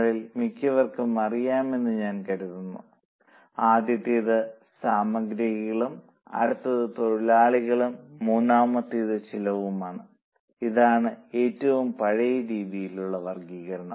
നിങ്ങളിൽ മിക്കവർക്കും അറിയാമെന്ന് ഞാൻ കരുതുന്നു ആദ്യത്തേത് സാമഗ്രികളും അടുത്തത് തൊഴിലാളികളും മൂന്നാമത് ചെലവും ആണ് ഇതാണ് ഏറ്റവും പഴയ രീതിയിലുള്ള വർഗ്ഗീകരണം